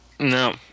No